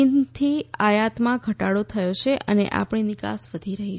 ચીનથી આયાતમાં ઘટાડો થયો છે અને આપણી નિકાસ વધી રહી છે